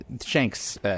Shanks